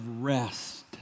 rest